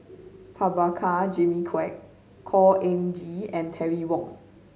Prabhakara Jimmy Quek Khor Ean Ghee and Terry Wong